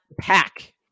Pack